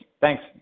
thanks